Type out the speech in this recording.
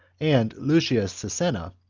and lucius sisenna,